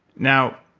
now,